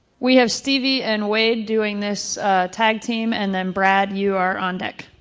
we have stevie and wade doing this tag team and then brad you are um deck.